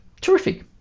Terrific